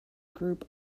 group